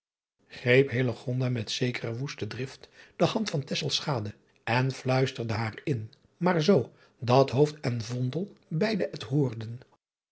greep met zekere woeste drift de hand van en fluisterde haar in maar driaan oosjes zn et leven van illegonda uisman zoo dat en beide het hoorden